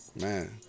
man